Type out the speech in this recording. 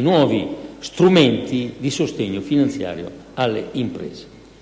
nuovi strumenti di sostegno finanziario alle imprese.